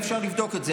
ואפשר לבדוק את זה.